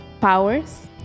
powers